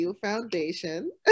Foundation